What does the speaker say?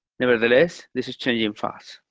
nevertheless, this is changing fast.